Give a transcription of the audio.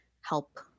help